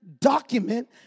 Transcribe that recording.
document